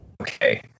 Okay